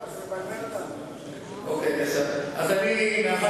אי לכך